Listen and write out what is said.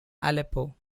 aleppo